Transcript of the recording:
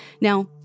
Now